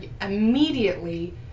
immediately